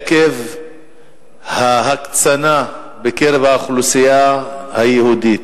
עקב ההקצנה בקרב האוכלוסייה היהודית,